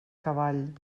cavall